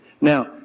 Now